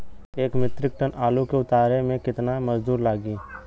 एक metric ton आलू के उतारे मे कितना मजदूर लागि?